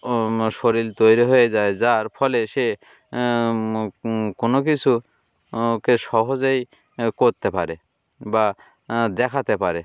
শরীর তৈরি হয়ে যায় যার ফলে সে কোনো কিছুকে সহজেই করতে পারে বা দেখাতে পারে